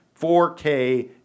4K